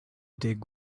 dig